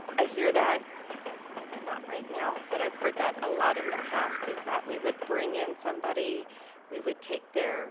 i hear that not right now, but i've heard that a lot in the past is that we would bring in somebody we would take their